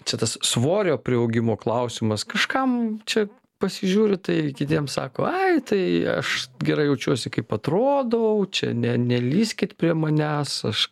čia tas svorio priaugimo klausimas kažkam čia pasižiūri tai kitiems sako ai tai aš gerai jaučiuosi kaip atrodau čia ne nelįskit prie manęs aš